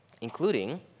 including